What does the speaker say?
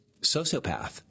sociopath